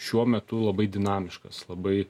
šiuo metu labai dinamiškas labai